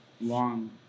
long